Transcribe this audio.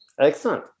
Excellent